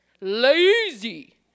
lazy